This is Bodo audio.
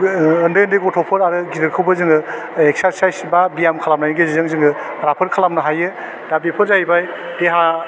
बे ओन्दै ओन्दै गथ'फोर आरो गिदिरखौबो जोङो इकसार्साइस बा बियाम खालामनायनि गेजेरजों जोङो राफोद खालामनो हायो दा बेफोर जाहैबाय देहा